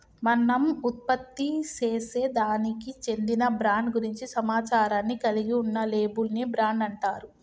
మనం ఉత్పత్తిసేసే దానికి చెందిన బ్రాండ్ గురించి సమాచారాన్ని కలిగి ఉన్న లేబుల్ ని బ్రాండ్ అంటారు